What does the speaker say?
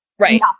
Right